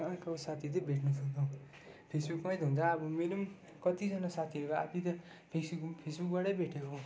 कहाँको साथी चाहिँ भेट्नुसक्छौँ फेसबुकमै त हुन्छ अब मेरो पनि कतिजना साथीहरू आधी त फेसबुक फेसबुकबाटै भेटेको